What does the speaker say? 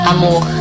Amor